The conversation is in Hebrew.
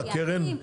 לקרן?